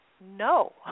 no